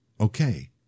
Okay